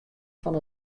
fan